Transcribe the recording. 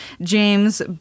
James